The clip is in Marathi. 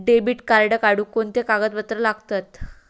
डेबिट कार्ड काढुक कोणते कागदपत्र लागतत?